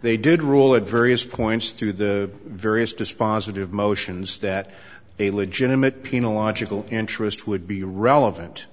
they did rule of various points through the various dispositive motions that a legitimate piano logical interest would be relevant